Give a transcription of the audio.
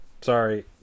Sorry